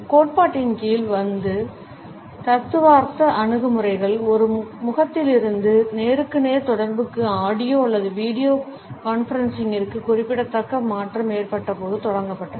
இந்த கோட்பாட்டின் கீழ் வரும் தத்துவார்த்த அணுகுமுறைகள் ஒரு முகத்திலிருந்து நேருக்கு நேர் தொடர்புக்கு ஆடியோ அல்லது வீடியோ கான்பரன்சிங்கிற்கு குறிப்பிடத்தக்க மாற்றம் ஏற்பட்டபோது தொடங்கப்பட்டது